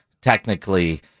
technically